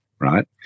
right